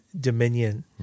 dominion